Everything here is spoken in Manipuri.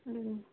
ꯎꯝ